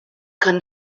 kann